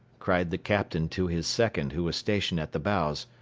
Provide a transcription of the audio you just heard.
cried the captain to his second, who was stationed at the bows,